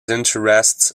interests